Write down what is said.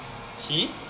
he